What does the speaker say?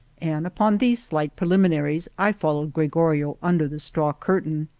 and upon these slight preliminaries i followed gregorio under the straw curtain.